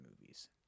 movies